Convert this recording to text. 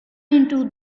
into